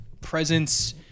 presence